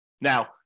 Now